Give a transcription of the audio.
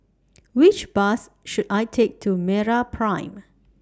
Which Bus should I Take to Meraprime